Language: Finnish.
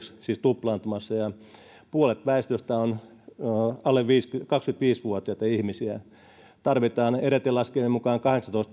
tuplaantumassa ja puolet väestöstä on alle kaksikymmentäviisi vuotiaita ihmisiä tarvitaan eräiden laskelmien mukaan kahdeksantoista